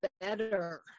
better